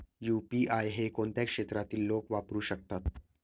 UPI हे कोणत्या क्षेत्रातील लोक वापरू शकतात?